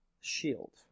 Shield